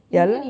ya lah